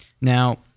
now